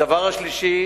הדבר השלישי